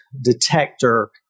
detector